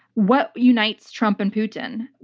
what unites trump and putin?